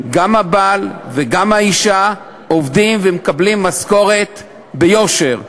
גם הבעל וגם האישה עובדים ומקבלים משכורת ביושר.